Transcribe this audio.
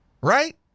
right